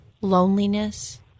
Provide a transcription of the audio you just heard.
loneliness